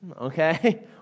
okay